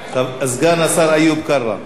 סגן השר איוב קרא.